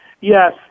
Yes